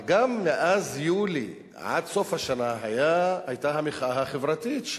אבל מאז יולי עד סוף השנה היתה המחאה חברתית,